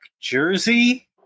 jersey